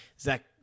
Zach